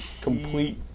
complete